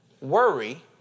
Worry